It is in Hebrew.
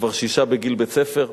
כבר שישה בגיל בית-ספר.